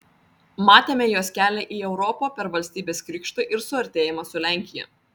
matėme jos kelią į europą per valstybės krikštą ir suartėjimą su lenkija